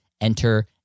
enter